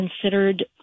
considered